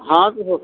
हाँ फिर